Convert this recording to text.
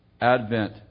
advent